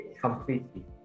completely